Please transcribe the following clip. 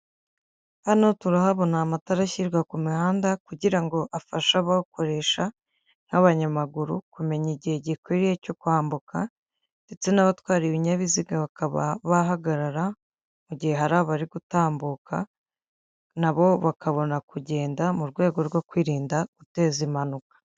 Hano turahabona amatara ashyirwa ku mihanda kugira ngo afashe abawukoresha nk'abanyamaguru kumenya igihe gikwiriye cyo kwambuka ndetse n'abatwara ibinyabiziga bakaba bahagarara, mu gihe hari abari gutambuka, na bo bakabona kugenda mu rwego rwo kwirinda guteza impanuka.